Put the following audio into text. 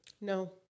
No